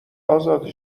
ازاده